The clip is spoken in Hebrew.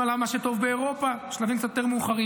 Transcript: הלכנו על "מה שטוב באירופה" בשלבים קצת יותר מאוחרים.